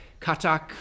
katak